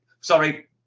Sorry